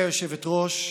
גברתי היושבת-ראש,